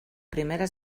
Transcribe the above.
primera